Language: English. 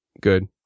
Good